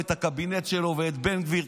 את הקבינט שלו ואת בן גביר,